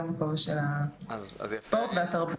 היום בכובע של הספורט והתרבות.